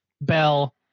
bell